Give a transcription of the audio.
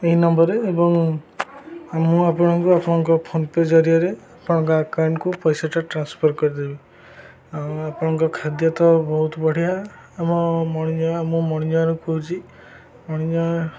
ଏହି ନମ୍ବରରେ ଏବଂ ମୁଁ ଆପଣଙ୍କୁ ଆପଣଙ୍କ ଫୋନ ପେ ଜରିଆରେ ଆପଣଙ୍କ ଆକାଉଣ୍ଟକୁ ପଇସାଟା ଟ୍ରାନ୍ସଫର୍ କରିଦେବି ଆଉ ଆପଣଙ୍କ ଖାଦ୍ୟ ତ ବହୁତ ବଢ଼ିଆ ଆମ ମୁଁ ମଣିଜାରୁ କହୁଛି ମଣିଜା